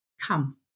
come